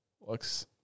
looks